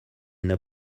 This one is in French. n’a